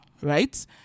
Right